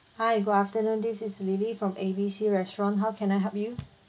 hi good afternoon this is lily from A B C restaurant how can I help you